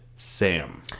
Sam